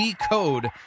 decode